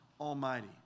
Almighty